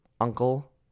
uncle